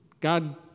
God